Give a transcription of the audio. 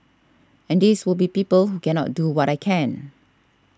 and these would be people who cannot do what I can